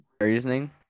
Reasoning